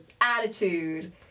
attitude